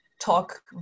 talk